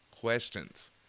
questions